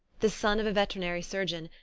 the son of a veterinary surgeon,